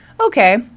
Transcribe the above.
Okay